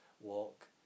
walk